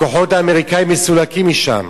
הכוחות האמריקניים מסולקים משם.